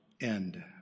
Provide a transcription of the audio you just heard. end